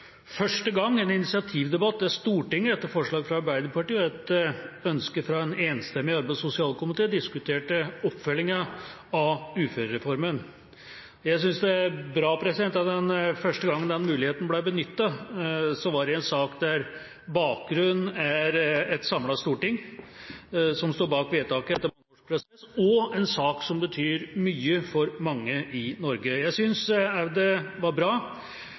en initiativdebatt, der Stortinget, etter forslag fra Arbeiderpartiet og etter ønske fra en enstemmig arbeids- og sosialkomité, diskuterte oppfølgingen av uførereformen. Jeg synes det er bra at første gangen den muligheten ble benyttet, var det i en sak der bakgrunnen er at et samlet storting står bak et vedtak som betyr mye for mange i Norge. Jeg synes også det er bra